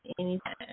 anytime